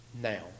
now